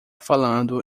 falando